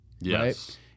Yes